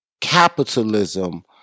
capitalism